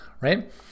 right